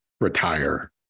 retire